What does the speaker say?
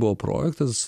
buvo projektas